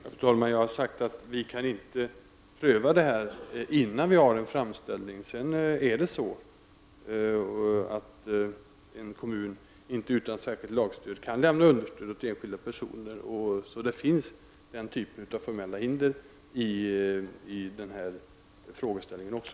Fru talman! Jag har sagt att vi inte kan pröva detta innan vi har en framställning. Sedan förhåller det sig så, att en kommun inte kan lämna understöd åt enskilda personer utan särskilt lagstöd. Det finns den typen av formella hinder i den här frågeställningen också.